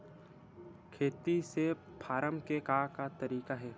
खेती से फारम के का तरीका हे?